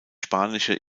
spanische